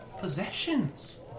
possessions